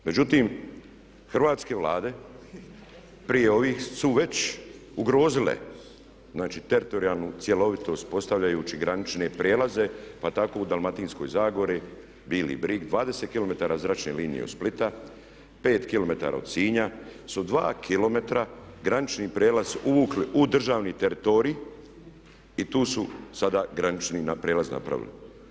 Međutim, hrvatske vlade prije ovih su već ugrozile, znači teritorijalnu cjelovitost postavljajući granične prijelaze pa tako u Dalmatinskoj zagori, Bili brig, 20 km zračne linije od Splita, 5 km od Sinja su 2 km granični prijelaz uvukli u državni teritorij i tu su sada granični prijelaz napravili.